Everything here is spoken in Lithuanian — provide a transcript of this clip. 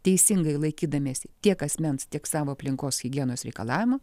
teisingai laikydamiesi tiek asmens tiek savo aplinkos higienos reikalavimų